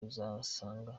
kuzasanga